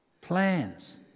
plans